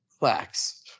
Relax